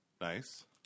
Nice